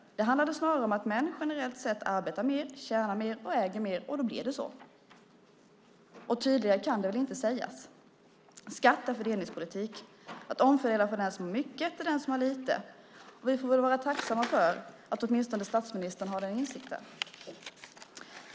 Det handlade snarare om att män generellt sett arbetar mer, tjänar mer och äger mer, och då blir det så. Tydligare kan det väl inte sägas? Skatt är fördelningspolitik - att omfördela från den som har mycket till den som har lite. Vi får väl vara tacksamma för att åtminstone statsministern har den insikten.